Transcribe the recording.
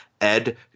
Ed